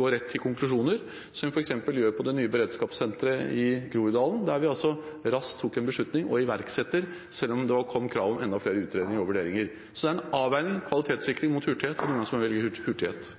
gå rett til konklusjoner, som vi f.eks. gjorde med det nye beredskapssenteret i Groruddalen, der vi altså raskt tok en beslutning og iverksatte, selv om det kom krav om enda flere utredninger og vurderinger. Så det er en avveining, kvalitetssikring mot hurtighet. Noen ganger må man velge hurtighet.